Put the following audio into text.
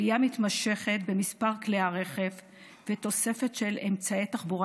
עלייה מתמשכת במספר כלי הרכב ותוספת של אמצעי תחבורה